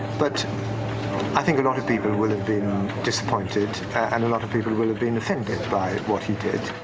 but i think a lot of people will have been disappointed, and a lot of people will have been offended by what he did.